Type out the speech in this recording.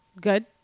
good